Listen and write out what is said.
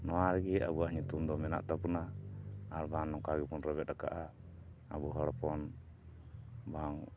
ᱱᱚᱣᱟ ᱨᱮᱜᱮ ᱟᱵᱚᱣᱟᱜ ᱧᱩᱛᱩᱢ ᱫᱚ ᱢᱮᱱᱟᱜ ᱛᱟᱵᱚᱱᱟ ᱟᱨ ᱵᱟᱝ ᱱᱚᱝᱠᱟ ᱜᱮᱵᱚᱱ ᱨᱮᱵᱮᱫ ᱟᱠᱟᱫᱼᱟ ᱟᱵᱚ ᱦᱚᱲ ᱦᱚᱯᱚᱱ ᱵᱟᱝ